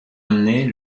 année